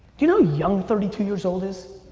you know young thirty two years old is?